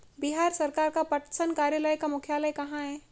बिहार सरकार का पटसन कार्यालय का मुख्यालय कहाँ है?